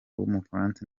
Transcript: w’umufaransa